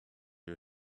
you